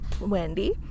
Wendy